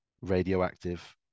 radioactive